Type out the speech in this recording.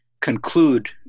conclude